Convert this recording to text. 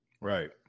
Right